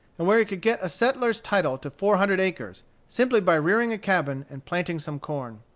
and where he could get a settler's title to four hundred acres, simply by rearing a cabin and planting some corn.